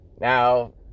Now